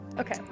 Okay